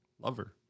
lover